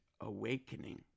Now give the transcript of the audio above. Awakening